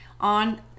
on